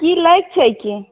की लैके छै कि